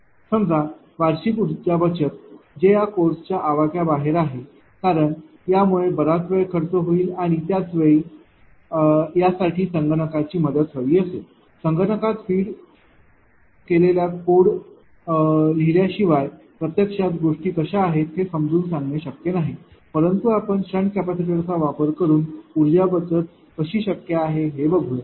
समजा वार्षिक ऊर्जा बचत जे या कोर्सच्या आवाक्याबाहेर आहे कारण यामुळे बराच वेळ खर्च होईल आणि त्याच वेळी यासाठी संगणकाची मदत हवी असेल संगणकात कोड लिहिल्या शिवाय प्रत्यक्षात गोष्टी कशा आहेत हे समजावून सांगणे शक्य नाही परंतु आपण शंट कॅपेसिटरचा वापर करून ऊर्जा बचत कशी शक्य आहे हे बघूया